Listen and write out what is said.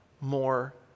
more